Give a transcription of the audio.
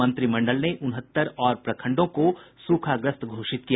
मंत्रिमंडल ने उनहत्तर और प्रखंडों को सूखाग्रस्त घोषित किया